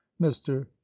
mr